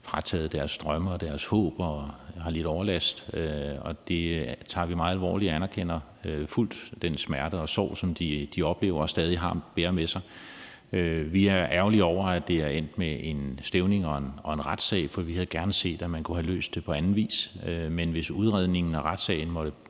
frataget deres drømme og deres håb og har lidt overlast, og det tager vi meget alvorligt. Jeg anerkender fuldt ud den smerte og sorg, som de oplever og stadig bærer med sig. Vi er ærgerlige over, at det er endt med en stævning og en retssag, for vi havde gerne set, at man kunne have løst det på anden vis, men hvis udredningen og retssagen måtte